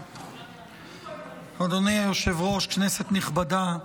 אדוני היושב-ראש, כנסת נכבדה,